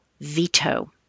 veto